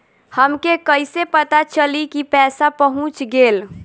हमके कईसे पता चली कि पैसा पहुच गेल?